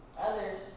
others